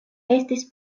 estis